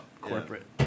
Corporate